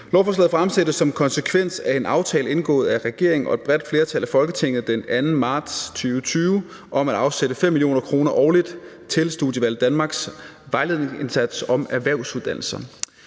Lovforslaget fremsættes som konsekvens af en aftale indgået af regeringen og et bredt flertal af Folketinget den 2. marts 2020 om at afsætte 5 mio. kr. årligt til Studievalg Danmarks vejledningsindsats vedrørende erhvervsuddannelserne.